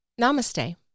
namaste